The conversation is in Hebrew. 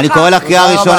אני קורא אותך קריאה ראשונה.